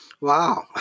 Wow